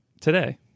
today